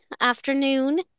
afternoon